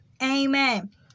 Amen